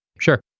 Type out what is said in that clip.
Sure